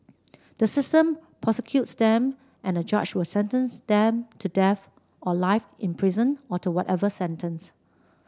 the system prosecutes them and a judge will sentence them to death or life in prison or to whatever sentence